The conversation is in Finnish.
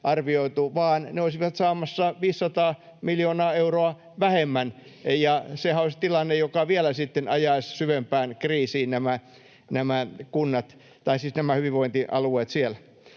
vaan ne olisivat saamassa 500 miljoonaa euroa vähemmän. Sehän olisi tilanne, joka sitten ajaisi vielä syvempään kriisiin nämä hyvinvointialueet siellä.